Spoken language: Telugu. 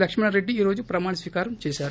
లక్మణరెడ్డి ఈ రోజు ప్రమాణ స్వీకారం చేశారు